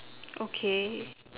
okay